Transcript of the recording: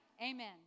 Amen